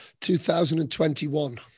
2021